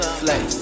flex